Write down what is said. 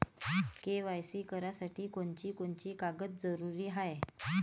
KYC करासाठी कोनची कोनची कागद जरुरी हाय?